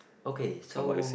okay so